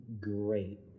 great